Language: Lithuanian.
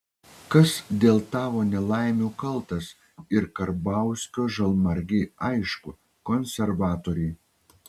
kas dėl tavo nelaimių kaltas ir karbauskio žalmargei aišku konservatoriai